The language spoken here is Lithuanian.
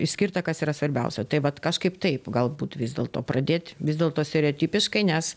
išskirta kas yra svarbiausia tai vat kažkaip taip galbūt vis dėlto pradėt vis dėlto stereotipiškai nes